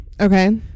okay